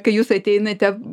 kai jūs ateinate